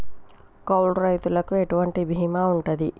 కౌలు రైతులకు ఎటువంటి బీమా ఉంటది?